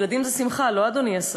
"ילדים זה שמחה", לא, אדוני השר?